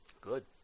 Good